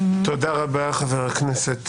תודה רבה, חבר הכנסת